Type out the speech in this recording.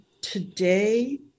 today